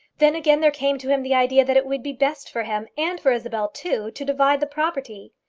then again there came to him the idea that it would be best for him, and for isabel too, to divide the property.